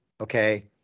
okay